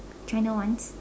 China ones